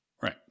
Right